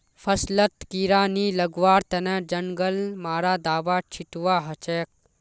फसलत कीड़ा नी लगवार तने जंगल मारा दाबा छिटवा हछेक